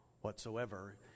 whatsoever